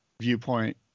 viewpoint